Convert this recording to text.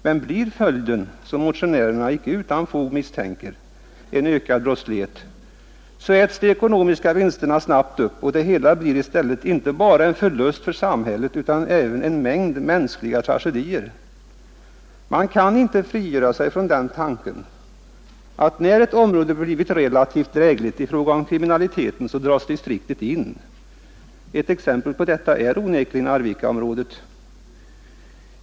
Men blir följden, som motionärerna icke utan fog misstänker, en ökad brottslighet, så äts de ekonomiska vinsterna snabbt upp och det hela blir i stället inte bara en förlust för samhället utan även en mängd mänskliga tragedier. Man kan inte frigöra sig från den tanken att när ett område blivit relativt drägligt i fråga om kriminalitet så drages distriktet in. Ett exempel på detta är onekligen Arvikaområdet.